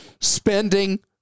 spending